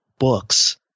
books